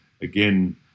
again